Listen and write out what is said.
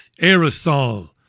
Aerosol